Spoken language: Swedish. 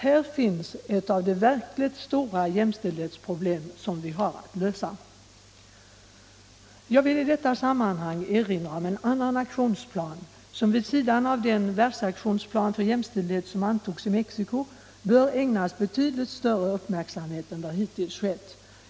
Här finns ett av de verkligt stora jämställdhetsproblem som vi har att lösa. Jag vill i detta sammanhang erinra om en annan aktionsplan som — vid sidan av den världsaktionsplan för jämställdhet som antogs i Mexico —- bör ägnas betydligt större uppmärksamhet än vad hittills skett.